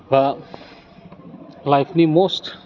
बा लाइफनि मस्ट